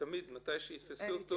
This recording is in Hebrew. שתמיד כשיתפסו אותו